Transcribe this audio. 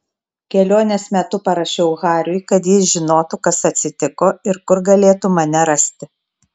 kelionės metu parašiau hariui kad jis žinotų kas atsitiko ir kur galėtų mane rasti